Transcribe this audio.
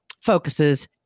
focuses